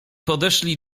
podeszli